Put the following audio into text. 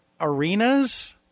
Arenas